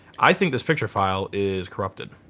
i think this picture file is corrupted.